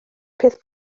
peth